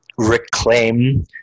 reclaim